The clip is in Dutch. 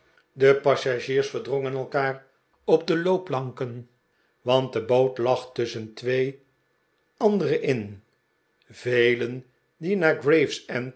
de passagiers verdrongen elkaar op de morgenwandeling op de loopplanken want de boot lag tusschen twee andere in velen die naar